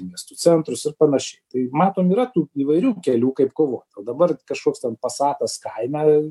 į miestų centrus ir panašiai tai matom yra tų įvairių kelių kaip kovot o dabar kažkoks ten pasatas kaime